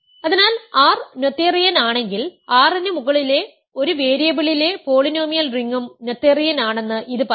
അതിനാൽ R Noetherian ആണെങ്കിൽ R ന് മുകളിലെ ഒരു വേരിയബിളിലെ പോളിനോമിയൽ റിംഗും നോതെറിയൻ ആണെന്ന് ഇത് പറയുന്നു